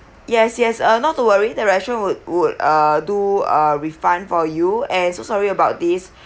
yes yes uh not to worry that restaurant would would uh do a refund for you and so sorry about this